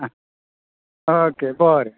आं ओके बरें